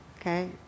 Okay